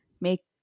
make